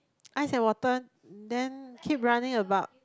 ice and water then keep running about